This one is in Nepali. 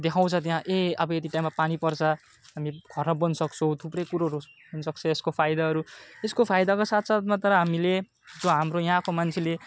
देखाउँछ त्यहाँ ए अब यति टाइममा पानी पर्छ हामी घर बस्न सक्छौँ थुप्रै कुरोहरू हुनसक्छ यसको फाइदाहरू यसको फाइदाका साथ साथमा तर हामीले त्यो हाम्रो यहाँको मान्छेले